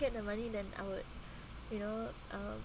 get the money then I would you know uh